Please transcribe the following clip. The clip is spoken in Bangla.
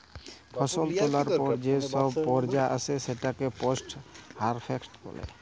ফসল তোলার পর যে পর্যা আসে সেটাকে পোস্ট হারভেস্ট বলে